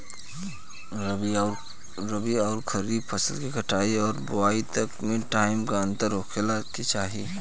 रबी आउर खरीफ फसल के कटाई और बोआई मे केतना टाइम के अंतर होखे के चाही?